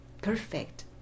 perfect